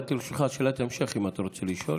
עומדת לרשותך שאלת המשך, אם אתה רוצה לשאול.